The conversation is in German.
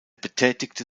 betätigte